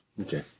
okay